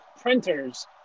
printers